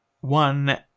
One